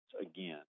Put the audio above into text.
again